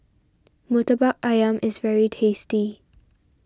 Murtabak Ayam is very tasty